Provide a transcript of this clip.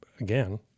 again